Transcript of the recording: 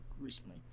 recently